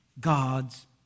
God's